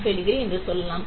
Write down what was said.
5 degree என்று சொல்லலாம்